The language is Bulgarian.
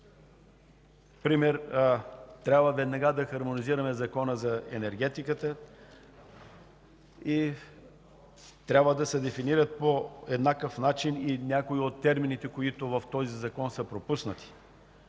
Например трябва веднага да хармонизираме Закона за енергетиката и да се дефинират по еднакъв начин и някои от термините, които са пропуснати